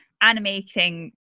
animating